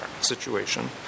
situation